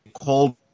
called